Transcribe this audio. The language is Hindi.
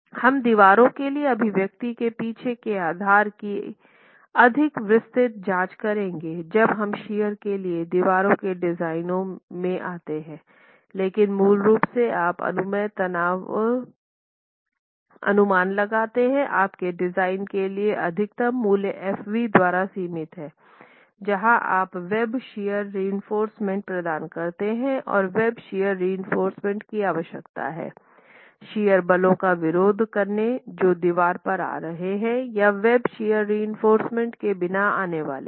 हम दीवारों के लिए अभिव्यक्तियों के पीछे के आधार की अधिक विस्तृत जांच करेंगे जब हम शियर के लिए दीवारों के डिज़ाइन में आते हैं लेकिन मूल रूप से आप अनुमेय तनाव अनुमान लगाते हैं आपके डिज़ाइन के लिए अधिकतम मूल्य Fv द्वारा सीमित हैं जहां आप वेब शियर रइंफोर्समेन्ट प्रदान करते हैं और वेब शियर रिइंफोर्समेन्ट की आवश्यकता है शियर बलों का विरोध करना जो दीवार पर आ रहे हैं या वेब शियर रिइंफोर्समेन्ट के बिना आने वाले पर